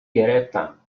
گرفتم